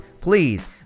Please